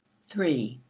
three.